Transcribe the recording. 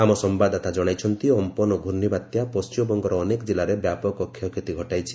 ଆମ ସମ୍ଭଦଦାତା ଜଣାଇଛନ୍ତି ଅମ୍ପନ ଘର୍ଣ୍ଣିବାତ୍ୟା ପଶ୍ଚିମବଙ୍ଗର ଅନେକ ଜିଲ୍ଲାରେ ବ୍ୟାପକ କ୍ଷୟକ୍ଷତି ଘଟାଇଛି